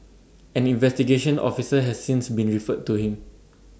an investigation officer has since been referred to him